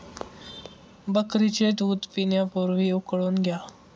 बकरीचे दूध पिण्यापूर्वी उकळून घ्या